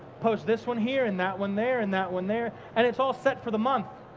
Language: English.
post this one here, and that one there, and that one there, and it's all set for the month.